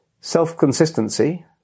self-consistency